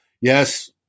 Yes